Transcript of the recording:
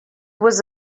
was